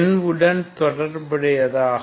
n உடன் தொடர்புடையதாகும்